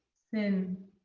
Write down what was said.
thin,